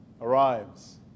arrives